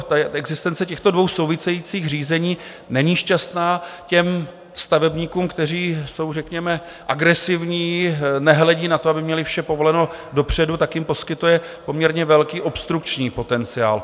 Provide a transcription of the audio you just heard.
Tady existence těchto dvou souvisejících řízení není šťastná, stavebníkům, kteří jsou řekněme agresivní, nehledí na to, aby měli vše povoleno dopředu, poskytuje poměrně velký obstrukční potenciál.